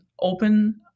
open